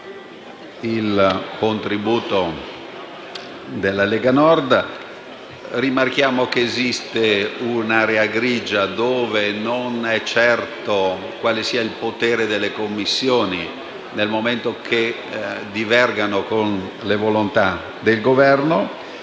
il contributo della Lega Nord. Rimarchiamo che esiste un'area grigia, dove non è certo quale sia il potere delle Commissioni nel momento in cui divergano rispetto alla volontà del Governo.